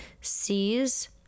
sees